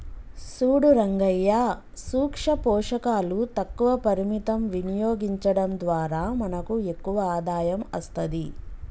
సూడు రంగయ్యా సూక్ష పోషకాలు తక్కువ పరిమితం వినియోగించడం ద్వారా మనకు ఎక్కువ ఆదాయం అస్తది